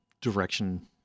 direction